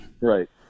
Right